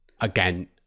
Again